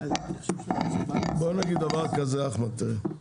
אחמד, תראה,